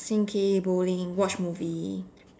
sing K bowling watch movie